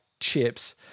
chips